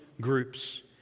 groups